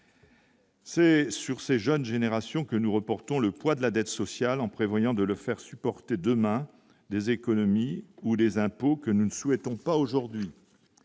C'est sur ces jeunes générations que nous reportons le poids de la dette sociale, en prévoyant de le faire supporter demain des économies ou les impôts que nous ne souhaitons pas aujourd'hui,